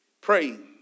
praying